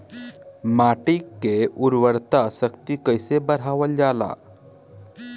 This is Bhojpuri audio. माटी के उर्वता शक्ति कइसे बढ़ावल जाला?